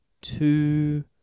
two